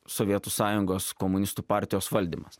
sovietų sąjungos komunistų partijos valdymas